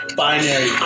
binary